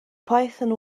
python